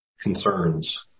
concerns